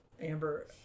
Amber